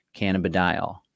cannabidiol